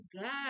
God